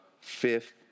fifth